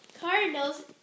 Cardinals